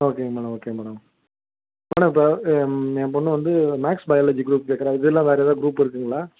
ஓகேங்க madam okay madam madam இப்போ என் பொண்ணு வந்து மேக்ஸ் பயாலஜி குரூப் கேட்கிறா இதெல்லாம் வேறு ஏதாவது குரூப் இருக்குங்களா